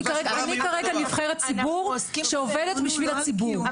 אני כרגע נבחרת ציבור שעובדת בשביל הציבור.